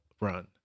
run